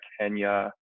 Kenya